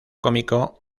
cómico